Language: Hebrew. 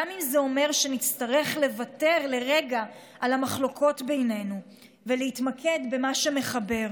גם אם זה אומר שנצטרך לוותר לרגע על המחלוקות בינינו ולהתמקד במה שמחבר.